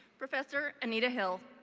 professor anita hill.